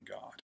God